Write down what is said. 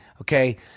okay